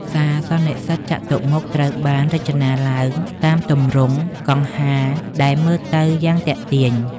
សាលសន្និសីទចតុម្មុខត្រូវបានរចនាឡើងតាមទម្រង់កង្ហារដែលមើលទៅយ៉ាងទាក់ទាញ។